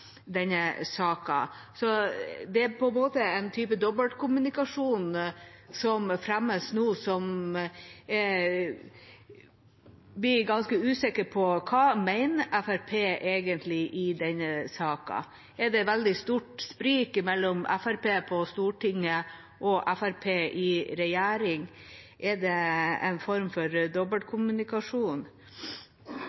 denne saken, så det er en type dobbeltkommunikasjon som fremmes nå, som gjør at jeg blir ganske usikker på hva Fremskrittspartiet egentlig mener i denne saken – om det er et veldig stort sprik mellom Fremskrittspartiet på Stortinget og Fremskrittspartiet i regjering, og om det er en form for